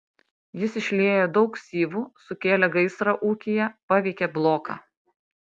jis išliejo daug syvų sukėlė gaisrą ūkyje paveikė bloką